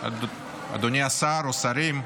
אדוני השר, או השרים,